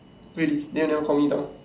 really then you never call me down